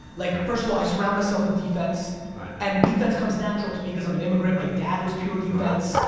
like first of all i surround myself with defense and defense comes natural to me because i'm an immigrant my dad was pure defense.